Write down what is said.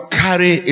carry